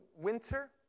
winter